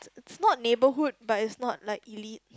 it's it's not neighbourhood but it's not like elite